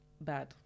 Bad